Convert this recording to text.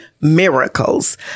miracles